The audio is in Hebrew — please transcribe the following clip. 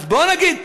אז בואו נגיד,